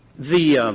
the